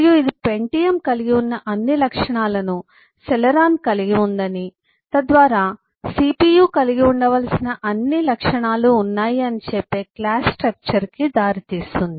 మరియు ఇది పెంటియమ్ కలిగి ఉన్న అన్ని లక్షణాలను సెలెరాన్ కలిగి ఉందని తద్వారా CPU కలిగి ఉండవలసిన అన్ని లక్షణాలు ఉన్నాయి అని చెప్పే క్లాస్ స్ట్రక్చర్ కి దారితీస్తుంది